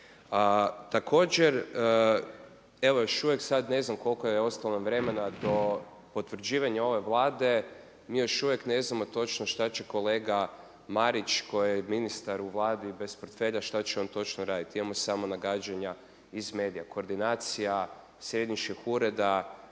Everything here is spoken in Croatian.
Također, evo još uvijek, sad ne znam koliko je ostalo vremena do potvrđivanja ove Vlade, mi još uvijek ne znamo točno što će kolega Marić koji je ministar u Vladi bez portfelja što će on točno raditi. Imamo samo nagađanja iz medija. Koordinacija središnjih ureda,